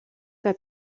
que